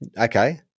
Okay